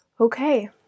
okay